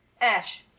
Ash